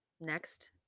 Next